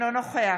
אינו נוכח